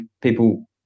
people